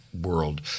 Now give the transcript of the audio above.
world